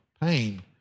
pain